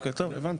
אוקיי, טוב, הבנתי.